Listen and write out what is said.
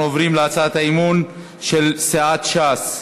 אנחנו עוברים להצעת האי-אמון של סיעת ש"ס: